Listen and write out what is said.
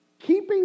keeping